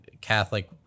Catholic